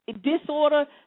disorder